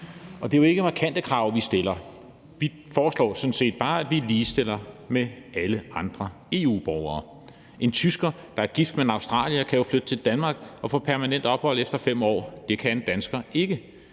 Det er jo ikke markante krav, vi stiller. Vi foreslår sådan set bare, at vi ligestiller dem med alle andre EU-borgere. En tysker, der er gift med en australier, kan jo flytte til Danmark og få permanent ophold efter 5 år – det kan en dansker ikke.